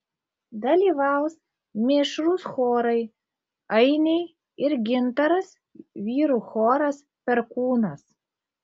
dalyvaus mišrūs chorai ainiai ir gintaras vyrų choras perkūnas